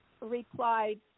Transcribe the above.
replied